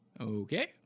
Okay